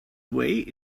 way